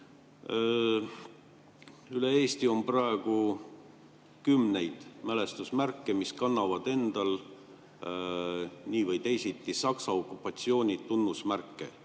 Üle Eesti on praegu kümneid mälestusmärke, mis kannavad nii või teisiti Saksa okupatsiooni tunnusmärke.